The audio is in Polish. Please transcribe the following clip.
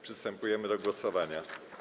Przystępujemy do głosowania.